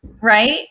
Right